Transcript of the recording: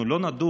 אנחנו לא נדון,